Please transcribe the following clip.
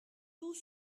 tout